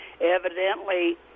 evidently